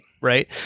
right